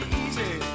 easy